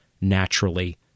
naturally